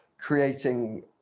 creating